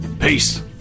Peace